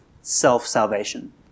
self-salvation